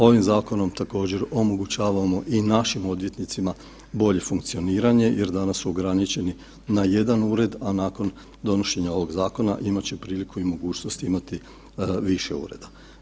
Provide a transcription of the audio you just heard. Ovim zakonom također, omogućavamo i našim odvjetnicima bolje funkcioniranje jer danas su ograničeni na jedan ured, a nakon donošenja ovog zakona, imat će priliku i mogućnost imati više ureda.